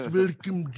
welcome